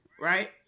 Right